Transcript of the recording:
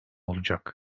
olacak